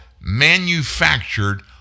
Manufactured